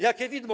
Jakie widmo?